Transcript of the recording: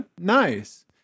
Nice